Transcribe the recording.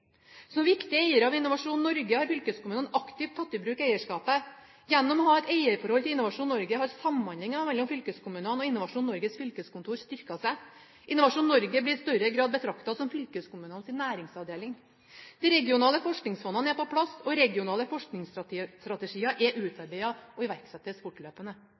Som viktig eier av Innovasjon Norge har fylkeskommunene aktivt tatt i bruk eierskapet. Gjennom å ha et eierforhold til Innovasjon Norge har samhandlingen mellom fylkeskommunene og Innovasjon Norges fylkeskontor styrket seg. Innovasjon Norge blir i større grad betraktet som fylkeskommunenes næringsavdeling. De regionale forskningsfondene er på plass, og regionale forskningsstrategier er utarbeidet og iverksettes fortløpende.